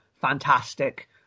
fantastic